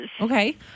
Okay